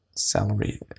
Salary